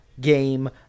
game